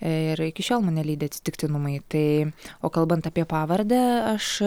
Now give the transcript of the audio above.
ir iki šiol mane lydi atsitiktinumai tai o kalbant apie pavardę aš